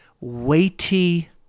weighty